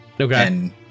Okay